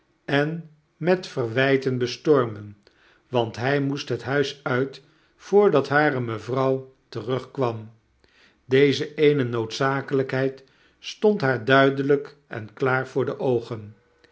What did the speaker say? en met verwyten bestormen want hij moest het huis uit voordat hare mevrouw terugkwam deze eene noodzakelykheid stond haar duidelyk en klaar voor de oogen